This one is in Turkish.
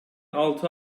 altı